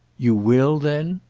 you will then?